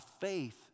faith